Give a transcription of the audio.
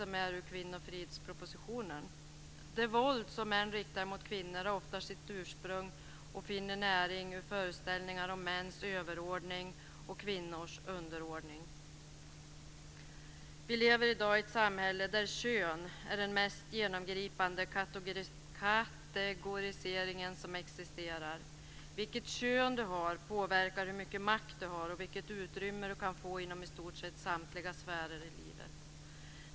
Det är ur kvinnofridspropositionen: "Det våld som män riktar mot kvinnor har ofta sitt ursprung i och finner näring ur fördomar och föreställningar om mäns överordning och kvinnors underordning." Vi lever i dag i ett samhälle där kön är den mest genomgripande kategorisering som existerar. Vilket kön du har påverkar hur mycket makt du har och vilket utrymme du kan få inom i stort sett samtliga sfärer i livet.